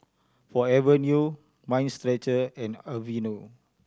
Forever New Mind Stretcher and Aveeno